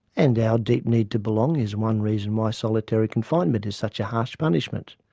and our deep need to belong is one reason why solitary confinement is such a harsh punishment,